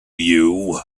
you